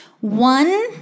One